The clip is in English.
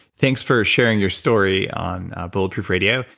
thanks for sharing your story on bulletproof radio.